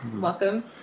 Welcome